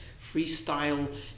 freestyle